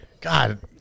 God